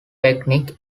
technique